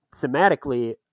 thematically